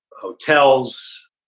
hotels